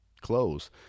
close